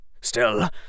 Still